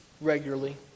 regularly